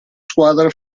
squadra